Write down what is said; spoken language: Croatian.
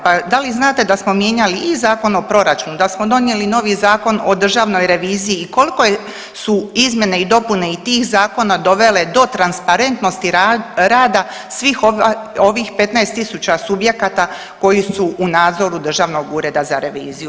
Pa da li znate da smo mijenjali i Zakon o proračunu, da smo donijeli novi Zakon o državnoj reviziji i koliko su izmjene i dopune i tih zakona dovele do transparentnosti rada svih ovih 15.000 subjekata koji su u nadzoru Državnog ureda za reviziju.